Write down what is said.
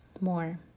more